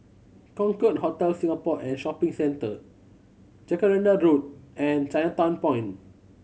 Concorde Hotel Singapore and Shopping Centre Jacaranda Road and Chinatown Point